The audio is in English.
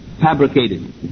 fabricated